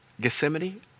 gethsemane